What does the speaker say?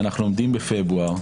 כשאנחנו עומדים בפברואר,